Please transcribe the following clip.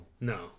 no